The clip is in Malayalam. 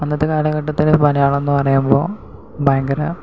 അന്നത്തെ കാലഘട്ടത്തില് മലയാളം എന്ന് പറയുമ്പോൾ ഭയങ്കര